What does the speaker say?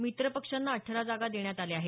मित्रपक्षांना अठरा जागा देण्यात आल्या आहेत